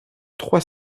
trois